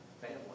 family